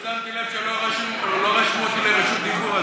פשוט שמתי לב שלא רשמו אותי לרשות דיבור,